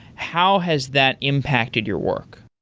how has that impacted your work?